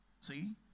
See